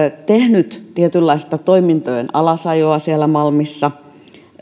tehnyt tietynlaista toimintojen alasajoa siellä malmilla